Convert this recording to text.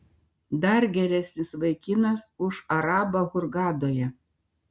dar geresnis vaikinas už arabą hurgadoje